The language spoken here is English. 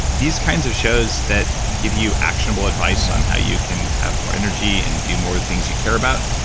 these kinds of shows that give you actionable advice on how you can have more energy, and do more things you care about,